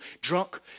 drunk